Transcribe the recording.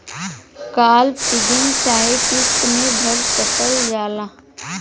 काल funding चाहे किस्त मे भर सकल जाला